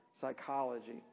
psychology